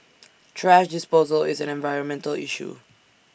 thrash disposal is an environmental issue